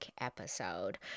episode